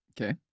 Okay